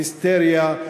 היסטריה,